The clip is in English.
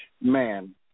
Man